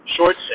short